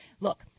look